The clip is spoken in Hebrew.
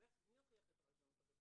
אבל מי יוכיח את הרשלנות הרפואית?